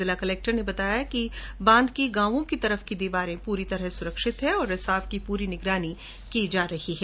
जिला कलेक्टर ने बताया कि बांध की गांवों की तरफ की दीवारें पूरी तरह सुरक्षित है और रिसाव की पूरी निगरानी की जा रही है